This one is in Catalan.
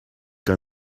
que